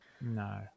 No